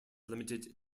limited